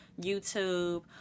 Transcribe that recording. YouTube